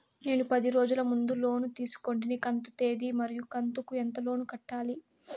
నేను పది రోజుల ముందు లోను తీసుకొంటిని కంతు తేది మరియు కంతు కు ఎంత లోను కట్టాలి?